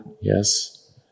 yes